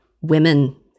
women